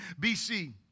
BC